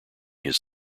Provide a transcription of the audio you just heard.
his